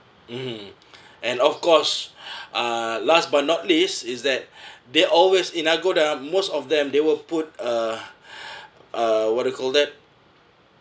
mm and of course uh last but not least is that they always in agoda most of them they will put uh uh what do you call that